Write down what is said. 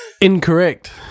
Incorrect